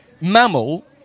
mammal